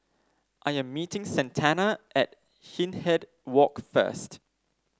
I am meeting Santana at Hindhede Walk first